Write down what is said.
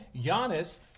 Giannis